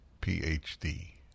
Ph.D